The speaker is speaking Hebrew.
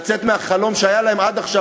לצאת מהחלום שהיה להם עד עכשיו,